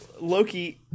loki